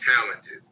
talented